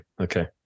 Okay